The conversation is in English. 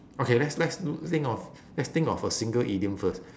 okay let's let's do think of let's think of a single idiom first